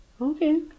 Okay